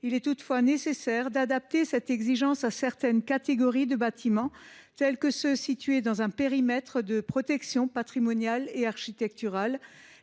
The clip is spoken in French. il est toutefois nécessaire d’adapter cette exigence à certaines catégories de bâtiments : ceux qui sont situés dans un périmètre de protection patrimoniale et architecturale,